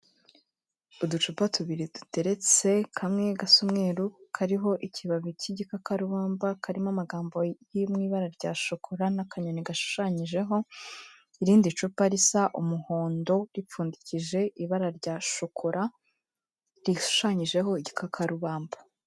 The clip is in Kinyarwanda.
Uducupa tubiri duteretse, kamwe gasa umweru, kariho ikibabi k'igikakarubamba, karimo amagambo ari mu ibara rya shokora n'akanyoni gashushanyijeho, irindi cupa risa umuhondo ripfundikishije ibara rya shokora rishushanyijeho igikakarubamba.